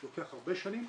לוקח הרבה שנים,